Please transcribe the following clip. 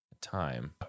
time